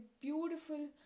beautiful